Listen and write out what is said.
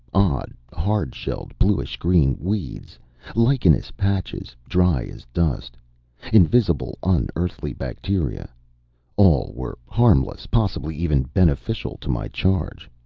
odd, hard-shelled, bluish-green weeds lichenous patches, dry as dust invisible, un-earthly bacteria all were harmless, possibly even beneficial, to my charge.